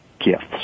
gifts